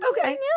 Okay